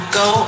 go